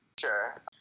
sure